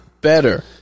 better